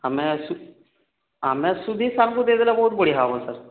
ଆମେ ଆମେ ସୁଧୀର ସାର୍ଙ୍କୁ ଦେଇଦେଲେ ବହୁତ ବଢ଼ିଆ ହେବ ସାର୍